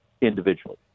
individually